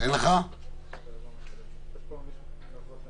אני רוצה לדבר באופן